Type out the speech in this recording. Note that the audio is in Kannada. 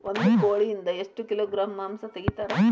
ಒಂದು ಕೋಳಿಯಿಂದ ಎಷ್ಟು ಕಿಲೋಗ್ರಾಂ ಮಾಂಸ ತೆಗಿತಾರ?